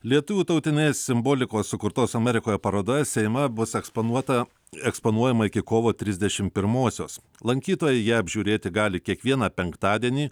lietuvių tautinės simbolikos sukurtos amerikoje paroda seime bus eksponuota eksponuojama iki kovo trisdešimt pirmosios lankytojai ją apžiūrėti gali kiekvieną penktadienį